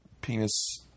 penis